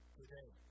today